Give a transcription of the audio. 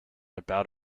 about